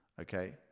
Okay